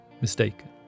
mistaken